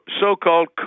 so-called